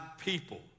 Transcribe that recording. people